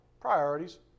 Priorities